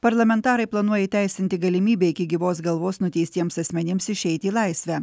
parlamentarai planuoja įteisinti galimybę iki gyvos galvos nuteistiems asmenims išeiti į laisvę